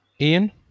Ian